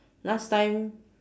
last time